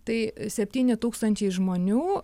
tai septyni tūkstančiai žmonių